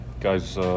guys